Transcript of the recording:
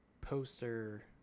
poster